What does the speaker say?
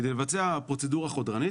כדי לבצע פרוצדורה חודרנית,